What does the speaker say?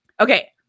Okay